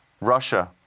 Russia